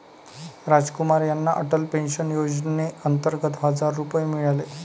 रामकुमार यांना अटल पेन्शन योजनेअंतर्गत हजार रुपये मिळाले